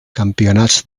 campionats